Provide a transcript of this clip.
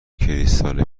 کریستال